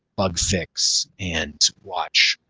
bug fix and watch,